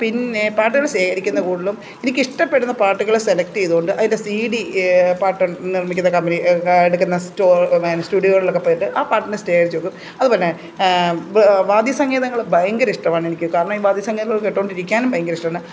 പിന്നെ പാട്ടുകൾ ശേഖരിക്കുന്ന കൂടുതലും എനിക്കിഷ്ടപ്പെടുന്ന പാട്ടുകൾ സെലക്ട് ചെയ്തുകൊണ്ട് അതിൻ്റെ സി ഡി പാട്ടുകൾ നിർമ്മിക്കുന്ന കമ്പനി എടുക്കുന്നു സ്റ്റോർ സ്റ്റുഡിയോകളിലൊക്കെ പോയിട്ട് ആ പാട്ടിൻ്റെ സ്റ്റെ അടിച്ചുനോക്കും അതുപോലെതന്നെ വാദ്യസംഗീതങ്ങൾ ഭയങ്കര ഇഷ്ടമാണെനിക്ക് കാരണം ഈ വാദ്യസംഗീതങ്ങൾ കേട്ടുകൊണ്ടിരിക്കാനും ഭയങ്കര ഇഷ്ടമാണ്